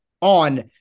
on